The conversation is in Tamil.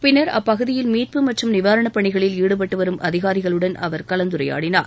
பின்னர் அப்பகுதியில் மீட்பு மற்றும் நிவாரணப்பணிகளில் ஈடுபட்டு வரும் அதிகாரிகளுடன் அவர் கலந்துரையாடினார்